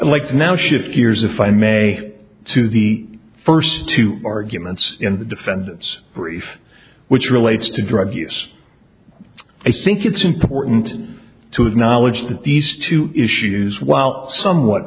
like now shift gears if i may to the first two arguments in the defendant's brief which relates to drug use i think it's important to acknowledge that these two issues while somewhat